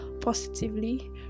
positively